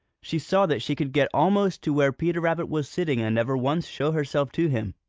she saw that she could get almost to where peter rabbit was sitting and never once show herself to him.